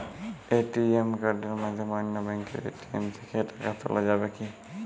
ATM কার্ডের মাধ্যমে অন্য ব্যাঙ্কের এ.টি.এম থেকে টাকা তোলা যাবে কি?